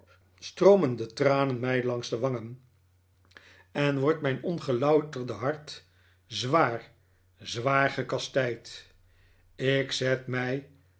stroomen de tranen mij langs de wangen en wofdt mijn ongelouterde hart zwaar zwaar gekastijd ik zet mij